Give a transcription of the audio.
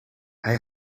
hij